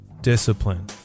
discipline